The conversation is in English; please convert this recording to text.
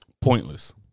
Pointless